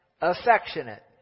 affectionate